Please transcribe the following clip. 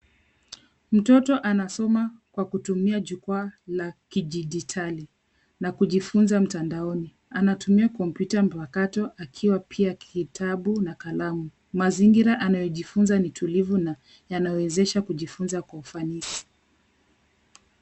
Mtoto anasoma kwa kutumia jukwaa la kidijitali na kujifunza mtandaoni. Anatumia kompyuta mpakato akiwa pia kitabu na kalamu. Mazingira anazojifunza ni tulivu na yanawezesha kujifunza kwa ufanisi.